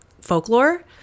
folklore